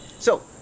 so,